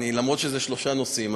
למרות שאלה שלושה נושאים,